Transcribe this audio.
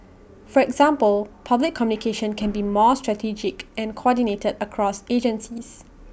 for example public communication can be more strategic and coordinated across agencies